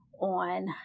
on